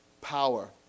power